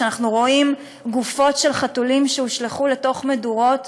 כשאנחנו רואים גופות של חתולים שהושלכו לתוך מדורות,